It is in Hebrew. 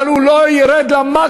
אבל הוא לא ירד למיקרו,